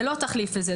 זה לא תחליף לזה.